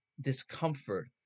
discomfort